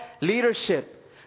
leadership